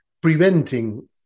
preventing